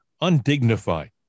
undignified